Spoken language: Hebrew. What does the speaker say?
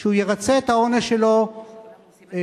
שהוא ירצה את העונש שלו מהבית.